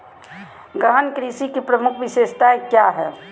गहन कृषि की प्रमुख विशेषताएं क्या है?